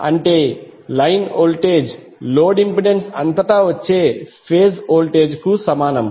అంటే line voltage load impedance అంతటా వచ్చే ఫేజ్ వోల్టేజ్కు సమానం